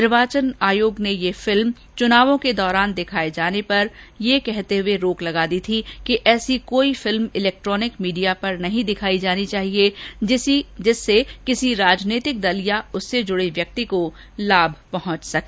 निर्वाचन आयोग ने यह फिल्म चुनावों के दौरान दिखाए जाने पर बुधवार को यह कहते हुए रोक लगा दी थी कि ऐसी कोई फिल्म इलैक्ट्रोनिक मीडिया पर नहीं दिखाई जानी चाहिए जिससे किसी राजनीतिक दल या उससे जुडे व्यक्ति को लाभ पहुंच सके